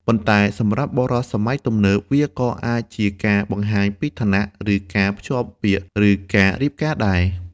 ប៉ុន្តែសម្រាប់បុរសសម័យទំនើប វាក៏អាចជាការបង្ហាញពីឋានៈ ឬការភ្ជាប់ពាក្យឬការរៀបការដែរ។